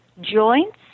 joints